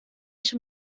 ich